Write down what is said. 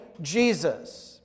Jesus